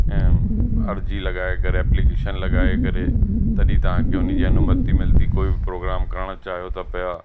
ऐं अर्ज़ी लॻाए करे एप्लीकेशन लॻाए करे तॾहिं तव्हांखे उन जी अनुमति मिलंदी कोई बि प्रोग्राम करण चाहियो था पिया